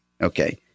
Okay